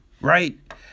right